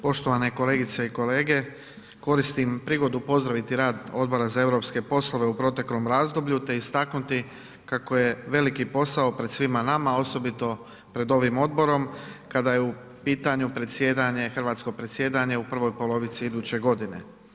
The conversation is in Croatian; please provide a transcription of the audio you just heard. Poštovane kolegice i kolege koristim prigodu pozdraviti rad Odbora za europske poslove u proteklom razdoblju te istaknuti kako je veliki posao pred svima nama osobito pred ovim odborom kada je u pitanje predsjedanje, hrvatsko predsjedanje u prvoj polovici iduće godine.